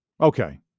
Okay